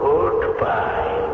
Goodbye